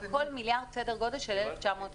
על כל מיליארד כ-1,900 משרות.